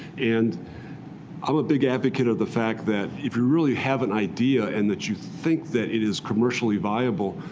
and i'm a big advocate of the fact that, if you really have an idea and that you think that it is commercially viable,